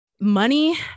Money